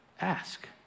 Ask